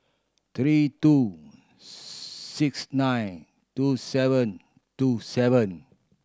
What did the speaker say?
three two six nine two seven two seven